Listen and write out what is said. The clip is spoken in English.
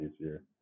easier